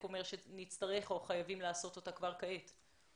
אומר שנצטרך או חייבים לעשות אותה כבר עתה.